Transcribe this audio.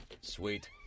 Sweet